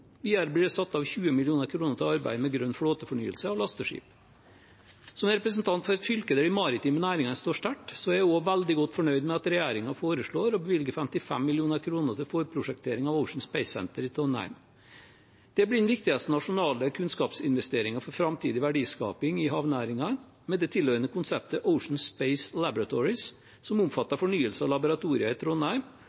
Videre blir det satt av 20 mill. kr til arbeidet med grønn flåtefornyelse av lasteskip. Som representant for et fylke der de maritime næringene står sterkt, er jeg også veldig godt fornøyd med at regjeringen foreslår å bevilge 55 mill. kr til forprosjektering av Ocean Space Centre i Trondheim. Det blir den viktigste nasjonale kunnskapsinvesteringen for framtidig verdiskaping i havnæringene, med det tilhørende konseptet Ocean Space Laboratories, som